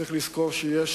צריך לזכור שיש